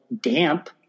damp